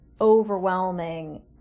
overwhelming